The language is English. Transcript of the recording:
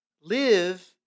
live